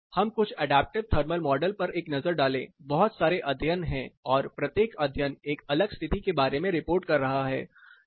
आइए हम कुछ अडैप्टिव थर्मल मॉडल पर एक नज़र डालें बहुत सारे अध्ययन हैं और प्रत्येक अध्ययन एक अलग स्तिथि के बारे में रिपोर्ट कर रहा है